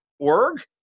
org